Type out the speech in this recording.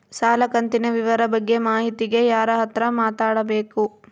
ಸಾಲ ಕಂತಿನ ವಿವರ ಬಗ್ಗೆ ಮಾಹಿತಿಗೆ ಯಾರ ಹತ್ರ ಮಾತಾಡಬೇಕು?